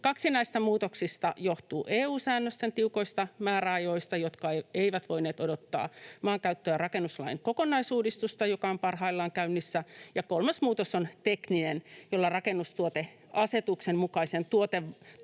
Kaksi näistä muutoksista johtuu EU-säännösten tiukoista määräajoista, jotka eivät voineet odottaa maankäyttö- ja rakennuslain kokonaisuudistusta, joka on parhaillaan käynnissä, ja kolmas muutos on tekninen, jolla rakennustuoteasetuksen mukainen